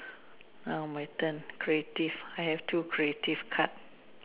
now my turn creative I have two creative card